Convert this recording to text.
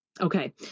Okay